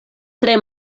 tre